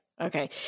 Okay